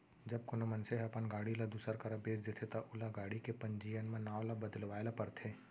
जब कोनो मनसे ह अपन गाड़ी ल दूसर करा बेंच देथे ता ओला गाड़ी के पंजीयन म नांव ल बदलवाए ल परथे